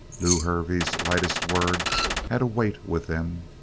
lew hervey's lightest word had a weight with them.